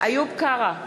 איוב קרא,